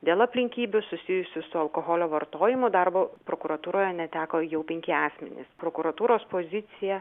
dėl aplinkybių susijusių su alkoholio vartojimu darbo prokuratūroje neteko jau penki asmenys prokuratūros pozicija